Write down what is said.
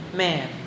man